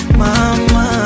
mama